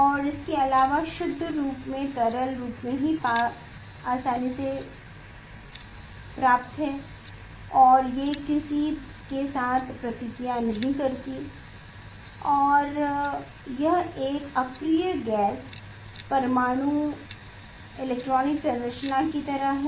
और इसके अलावा शुद्ध रूप में तरल रूप में प्राप्त करना आसान है और ये किसी साथ प्रतिक्रिया नहीं करती और यह एक अक्रिय गैस परमाणु इलेक्ट्रॉनिक संरचना की तरह है